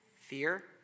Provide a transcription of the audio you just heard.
Fear